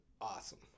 awesome